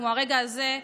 כמו הרגע הזה,